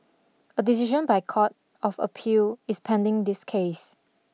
a decision by Court of Appeal is pending this case